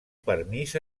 permís